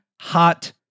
hot